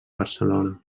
barcelona